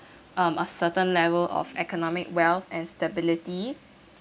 um a certain level of economic wealth and stability